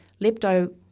Lepto